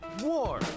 war